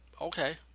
okay